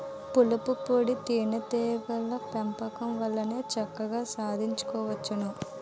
పూలపుప్పొడి తేనే టీగల పెంపకం వల్లనే చక్కగా సాధించుకోవచ్చును